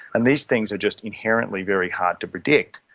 and these things are just inherently very hard to predict.